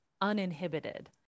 uninhibited